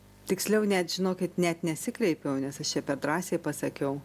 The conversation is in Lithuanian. tiksliau net žinokit net nesikreipiau nes aš čia per drąsiai pasakiau